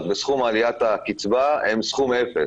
הדיסריגרד וסכום עליית הקצבה הם סכום אפס,